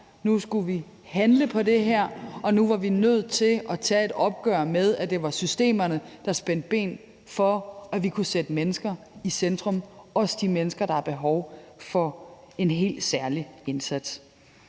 Nu skulle vi handle på det her, og nu var vi nødt til at tage et opgør med, at det var systemerne, der spændte ben for, at vi kunne sætte mennesket i centrum, også de mennesker, der har behov for en helt særlig indsats.